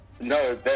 No